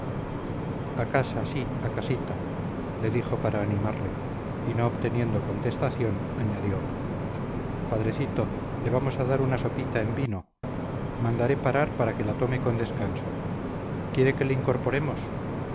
casa sí a casita le dijo para animarle y no obteniendo contestación añadió padrecito le vamos a dar una sopita en vino mandaré parar para que la tome con descanso quiere que le incorporemos